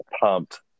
pumped